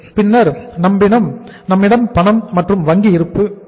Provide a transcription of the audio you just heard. பின்னர் நம்மிடம் பணம் மற்றும் வங்கி இருப்பு இருக்கிறது